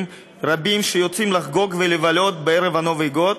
רבים שיוצאים לחגוג ולבלות בערב הנובי גוד,